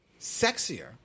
sexier